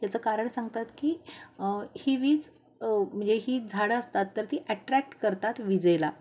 याचं कारण सांगतात की ही वीज म्हणजे ही झाडं असतात तर ती ॲट्रॅक्ट करतात विजेला